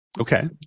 Okay